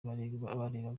barebaga